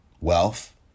wealth